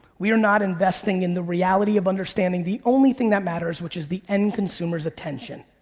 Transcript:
we are not investing in the reality of understanding the only thing that matters, which is the end consumer's attention.